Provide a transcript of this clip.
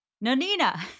Nanina